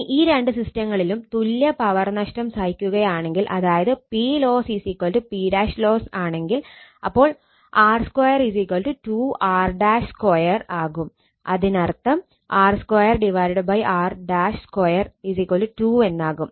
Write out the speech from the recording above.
ഇനി ഈ രണ്ട് സിസ്റ്റങ്ങളിലും തുല്യ പവർ നഷ്ടം സഹിക്കുകയാണെങ്കിൽ അതായത് PLoss PLoss ആണെങ്കിൽ അപ്പോൾ r 2 2 2 2 എന്നാകും